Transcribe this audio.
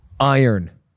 iron